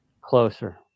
Closer